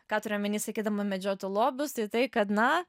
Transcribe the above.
ką turiu omeny sakydama medžioti lobius tai kad na